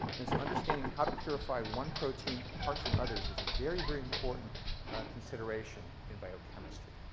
and so understanding how to purify one protein apart from others is a very, very important consideration in biochemistry.